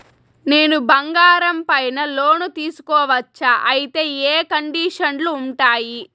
నేను బంగారం పైన లోను తీసుకోవచ్చా? అయితే ఏ కండిషన్లు ఉంటాయి?